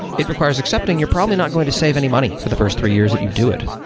it requires accepting you're probably not going to save any money for the first three years that you do it,